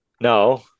No